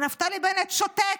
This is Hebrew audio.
ונפתלי בנט שותק,